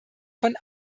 von